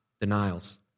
denials